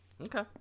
Okay